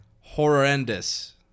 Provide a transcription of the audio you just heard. Horrendous